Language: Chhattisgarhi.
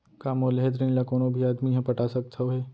का मोर लेहे ऋण ला कोनो भी आदमी ह पटा सकथव हे?